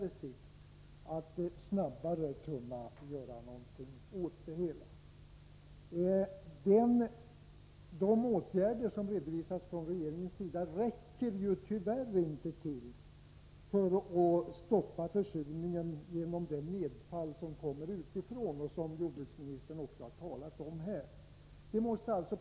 Det gäller att snabbare vidta åtgärder. De åtgärder som regeringen redovisat räcker tyvärr inte till. Den försurning som sker till följd av nedfallet utifrån kan således inte stoppas. Jordbruksministern har berört detta.